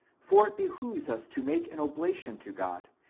for it behoves us to make an oblation to god,